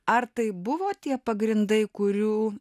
ar tai buvo tie pagrindai kurių